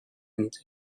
and